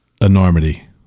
enormity